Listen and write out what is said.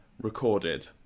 recorded